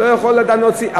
שלא יכול אדם להוציא.